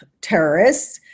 terrorists